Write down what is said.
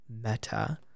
Meta